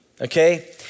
okay